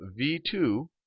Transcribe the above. V2